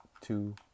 two